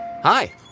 Hi